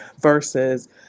versus